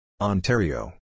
Ontario